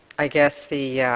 i guess the yeah